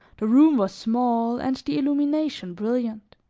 the room was small and the illumination brilliant.